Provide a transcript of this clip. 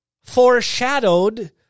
foreshadowed